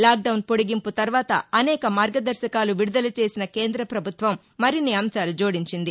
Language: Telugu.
లాక్డౌన్ పొదిగింపు తర్వాత అనేక మార్గదర్శకాలు విడుదల చేసిన కేంద్రాపభుత్వం మరిన్ని అంశాలు జోడించింది